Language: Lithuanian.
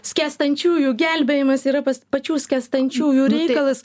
skęstančiųjų gelbėjimas yra pas pačių skęstančiųjų reikalas